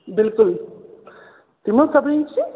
بلکُل تُہۍ مہٕ حظ سَبریٖن